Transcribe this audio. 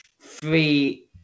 three